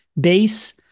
base